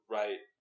right